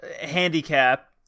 handicap